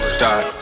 Stop